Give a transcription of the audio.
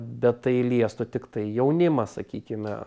bet tai liestų tiktai jaunimą sakykime